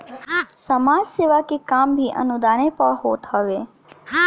समाज सेवा के काम भी अनुदाने पअ होत हवे